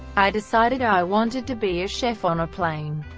i decided i wanted to be a chef on a plane.